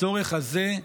הצורך הזה,